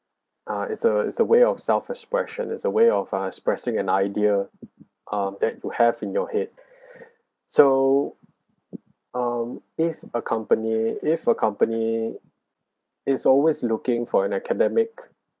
ah it's a it's a way of self expression is a way of uh expressing an idea um that you have in your head so um if a company if a company is always looking for an academic